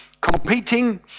competing